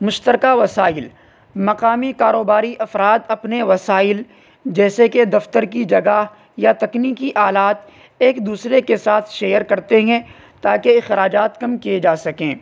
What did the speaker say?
مشترکہ وسائل مقامی کاروباری افراد اپنے وسائل جیسے کہ دفتر کی جگہ یا تکنیکی آلات ایک دوسرے کے ساتھ شیئر کرتے ہیں تاکہ اخراجات کم کئے جا سکیں